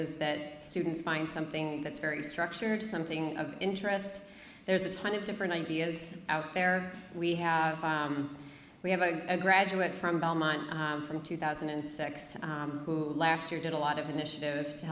is that students find something that's very structured something of interest there's a ton of different ideas out there we have we have a graduate from belmont from two thousand and six who last year did a lot of